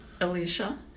Alicia